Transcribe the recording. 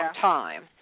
time